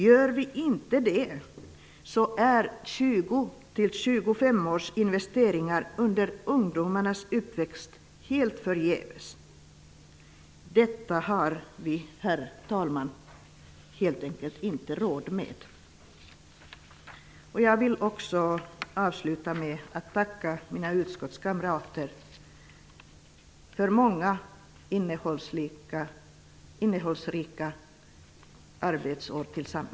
Gör vi inte det är 20--25 års investeringar under ungdomarnas uppväxt helt förgäves. Detta har vi helt enkelt inte råd med, herr talman. Jag vill avsluta med att tacka mina utskottskamrater för många innehållsrika arbetsår tillsammans.